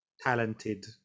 talented